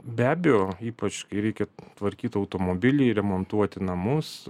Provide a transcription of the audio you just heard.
be abejo ypač kai reikia tvarkyt automobilį remontuoti namus